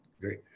Great